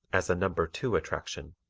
as a number two attraction,